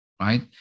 right